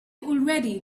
already